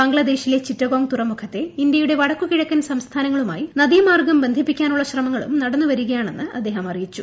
ബംഗ്ലാദേശിലെ ചിറ്റഗോംഗ് തുറമുഖത്തെ ഇന്ത്യയുടെ വടക്ക് കിഴക്കൻ സംസ്ഥാനങ്ങളുമായി നദീ മാർഗം ബന്ധിപ്പിക്കാനുള്ള ശ്രമങ്ങളും നടന്നുവരികയാണെന്ന് അദ്ദേഹം അറിയിച്ചു